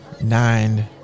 Nine